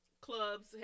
clubs